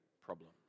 problem